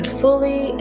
fully